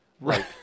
Right